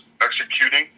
executing